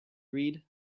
read